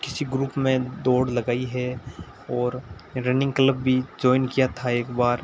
किसी ग्रुप में दौड़ लगाई है और रनिंग क्लब भी जोइन किया था एकबार